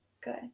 good